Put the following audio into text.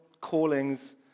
callings